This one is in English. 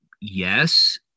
yes